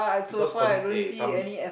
because colleague eh some